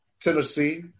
Tennessee